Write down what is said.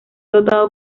dotado